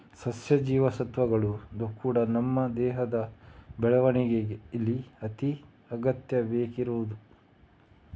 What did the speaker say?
ಸಸ್ಯ ಜೀವಸತ್ವಗಳು ಕೂಡಾ ನಮ್ಮ ದೇಹದ ಬೆಳವಣಿಗೇಲಿ ಅತಿ ಅಗತ್ಯ ಬೇಕಿರುದು